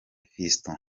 fiston